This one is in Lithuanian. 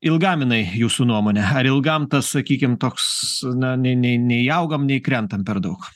ilgam jinai jūsų nuomone ar ilgam tas sakykim toks na nei nei nei augam nei krentam per daug